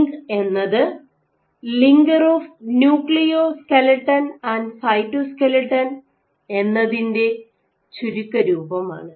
link എന്നത് linker of nucleoskeleton and cytoskeleton എന്നതിൻറെ ചുരുക്കരൂപമാണ്